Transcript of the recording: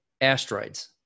Asteroids